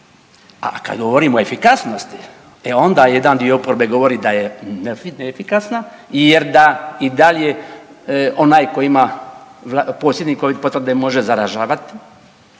A kad govorimo o efikasnosti, e onda jedan dio oporbe govori da je neefikasna jer da i dalje onaj ko ima posjednik covid potvrde može zaražavat